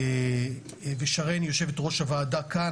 ושרן יושבת-ראש הוועדה כאן,